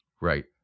Right